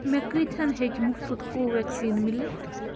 مےٚ کۭتۍ ہن ہیٚکہِ مُفت کو وٮ۪کسیٖن مِلِتھ